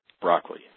broccoli